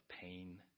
pain